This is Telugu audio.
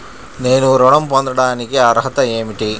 నేను ఋణం పొందటానికి అర్హత ఏమిటి?